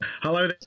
Hello